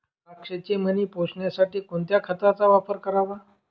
द्राक्षाचे मणी पोसण्यासाठी कोणत्या खताचा वापर करावा?